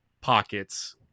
pockets